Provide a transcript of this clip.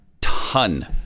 ton